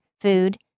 food